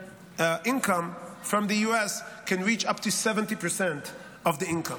income from the U.S. can reach up to 70% of the income.